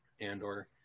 Andor